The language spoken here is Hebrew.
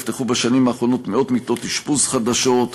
נפתחו בשנים האחרונות מאות מיטות אשפוז חדשות,